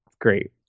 Great